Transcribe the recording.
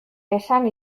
esan